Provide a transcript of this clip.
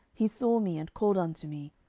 he saw me, and called unto me.